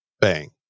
bang